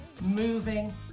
moving